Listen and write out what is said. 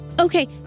Okay